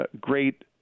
great